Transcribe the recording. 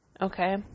Okay